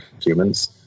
humans